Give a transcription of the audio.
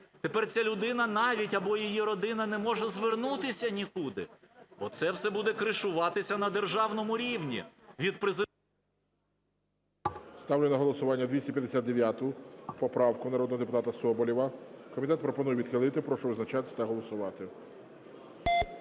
Тепер ця людина навіть або її родина не може звернутися нікуди, бо це все буде кришуватися на державному рівні.